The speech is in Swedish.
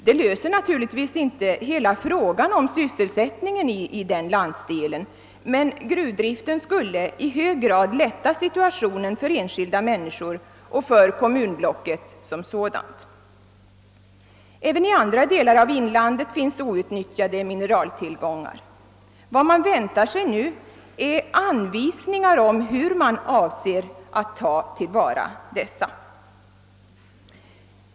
Det löser naturligtvis inte hela frågan om sysselsättningen i denna landsdel, men gruvdriften skulle i hög grad lätta situationen för enskilda människor och för kommunblocket som helhet. Även i andra delar av inlandet finns outnyttjade mineraltillgångar. Vad man nu väntar sig är anvisningar om hur dessa avses bli utnyttjade.